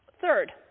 Third